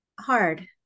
hard